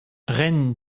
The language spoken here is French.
ren